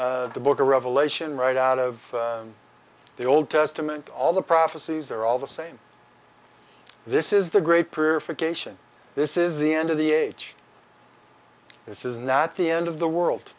of the book of revelation right out of the old testament all the prophecies they're all the same this is the great prayer for geisha this is the end of the age this is not the end of the world